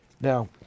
Now